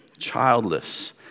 childless